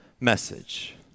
message